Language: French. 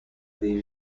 des